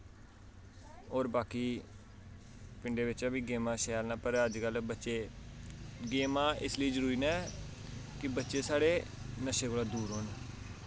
होर बाकी पिंडें बिच्च बी गेमां शैल न पर अज्जकल बच्चे गेमां इसलेई जरूरी न कि बच्चे साढ़े नशे कोला दूर रौह्न